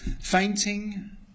Fainting